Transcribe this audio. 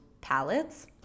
palettes